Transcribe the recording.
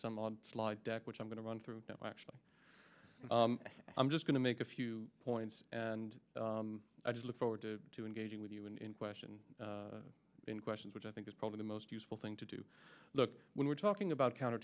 some odd slide deck which i'm going to run through actually i'm just going to make a few points and i just look forward to to engaging with you in question in questions which i think is probably the most useful thing to do look when we're talking about counter